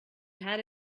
had